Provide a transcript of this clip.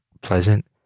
pleasant